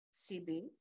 CB